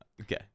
Okay